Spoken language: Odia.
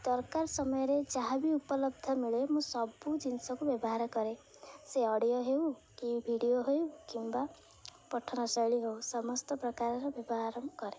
ଦରକାର ସମୟରେ ଯାହାବି ଉପଲବ୍ଧ ମିଳେ ମୁଁ ସବୁ ଜିନିଷକୁ ବ୍ୟବହାର କରେ ସେ ଅଡ଼ିଓ ହେଉ କି ଭିଡ଼ିଓ ହେଉ କିମ୍ବା ପଠନ ଶୈଳୀ ହଉ ସମସ୍ତ ପ୍ରକାରର ବ୍ୟବହାର ମୁଁ କରେ